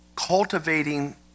cultivating